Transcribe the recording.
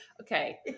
okay